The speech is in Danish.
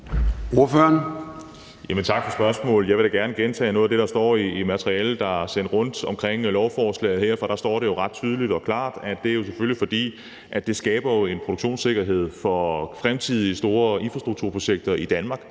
Tak for spørgsmålet. Jeg vil da gerne gentage noget af det, der står i materialet, der er sendt rundt i forbindelse med lovforslaget her, for der står det jo ret tydeligt og klart, at det selvfølgelig er, fordi det skaber en produktionssikkerhed for fremtidige store infrastrukturprojekter i Danmark.